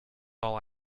all